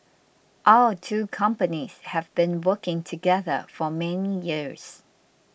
our two companies have been working together for many years